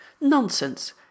Nonsense